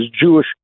Jewish